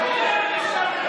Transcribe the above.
מעבר לשקרים שלך,